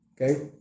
Okay